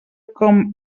com